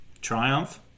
Triumph